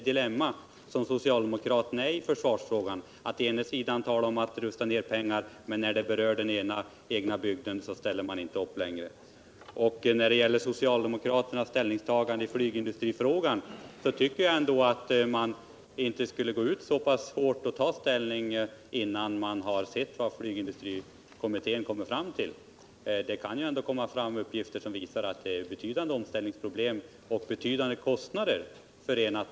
den det ej vill röstar nej. Försvarspolitiken, den det ej vill röstar nej. den det ej vill röstar nej. den det ej vill röstar nej. den det ej vill röstar nej. Försvarspolitiken, 100 den det ej vill röstar nej. den det ej vill röstar nej. den det ej vill röstar nej. den det ej vill röstar nej. Försvarspolitiken, den det ej vill röstar nej. den det ej vill röstar nej. den det ej vill röstar nej. den det ej vill röstar nej.